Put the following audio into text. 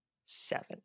seven